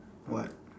what